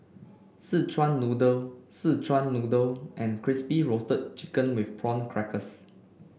Szechuan Noodle Szechuan Noodle and Crispy Roasted Chicken with Prawn Crackers